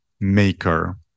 maker